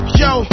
yo